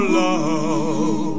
love